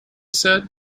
said